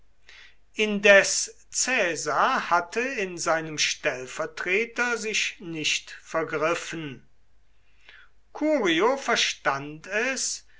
indes caesar hatte in seinem stellvertreter sich nicht vergriffen curio verstand es